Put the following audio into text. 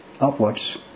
upwards